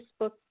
Facebook